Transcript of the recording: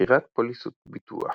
מכירת פוליסות ביטוח